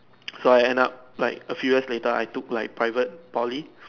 so I end up like a few years later I took like private Poly